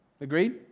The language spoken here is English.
Agreed